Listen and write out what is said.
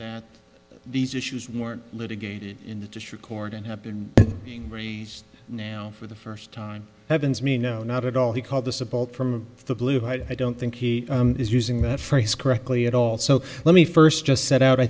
as these issues warrant litigated in the district court and have been raised now for the first time heavens me no not at all he called the support from the blue i don't think he is using that phrase correctly at all so let me first just set out i